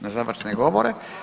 Na završne govore.